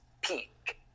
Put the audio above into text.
peak